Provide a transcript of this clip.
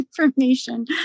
information